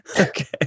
Okay